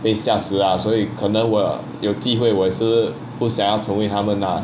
被吓死啊所以可能我有机会我也是不想成为他们啦